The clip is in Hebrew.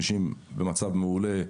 50 במצב מעולה,